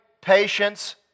patience